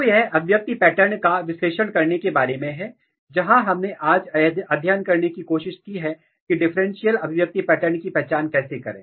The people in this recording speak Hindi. तो यह अभिव्यक्ति पैटर्न का विश्लेषण करने के बारे में है जहां हमने आज अध्ययन करने की कोशिश की है कि डिफरेंशियल अभिव्यक्ति पैटर्न की पहचान कैसे करें